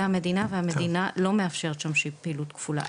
המדינה והמדינה לא מאפשרת שם שום פעילות כפולה.